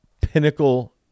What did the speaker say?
pinnacle